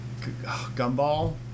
gumball